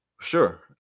Sure